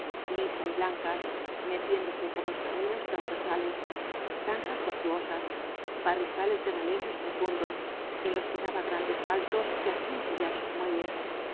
lisa y blanca metiéndos por los caminos transversales zanjas tortuosas barrizales de relejes profundos en los que daba grandes saltos que hacían chillar sus muelles